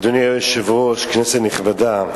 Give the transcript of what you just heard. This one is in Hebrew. אדוני היושב-ראש, כנסת נכבדה,